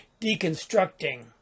deconstructing